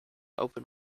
open